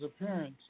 appearance